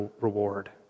reward